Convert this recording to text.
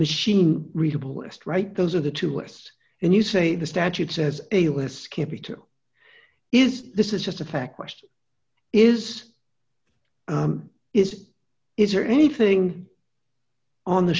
machine readable list right those are the two lists and you say the statute says the list can't be two is this is just a fact question is is is there anything on the